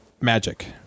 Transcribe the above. magic